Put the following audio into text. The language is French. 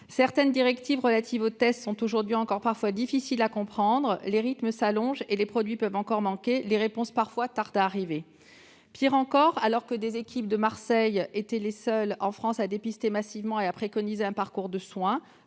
Certaines directives relatives aux tests sont aujourd'hui encore parfois difficiles à comprendre. Les délais s'allongent et des produits peuvent encore manquer. Parfois, des réponses tardent à arriver. Pire encore, alors que les équipes de Marseille étaient les seules, en France, à dépister massivement et à préconiser un parcours de soins,